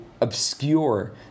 obscure